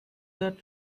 with